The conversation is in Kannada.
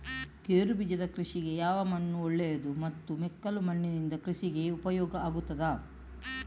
ಗೇರುಬೀಜದ ಕೃಷಿಗೆ ಯಾವ ಮಣ್ಣು ಒಳ್ಳೆಯದು ಮತ್ತು ಮೆಕ್ಕಲು ಮಣ್ಣಿನಿಂದ ಕೃಷಿಗೆ ಉಪಯೋಗ ಆಗುತ್ತದಾ?